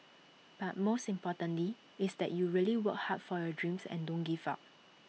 but most importantly is that you really work hard for your dreams and don't give up